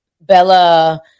Bella